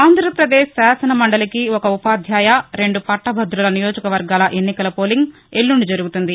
ఆంధ్రప్రదేశ్ శాసన మండలికి ఒక ఉపాధ్యాయ రెండు పట్లభుదుల నియోజకవర్గాల ఎన్నికల పోలింగ్ ఎల్లుండి జరుగుతుంది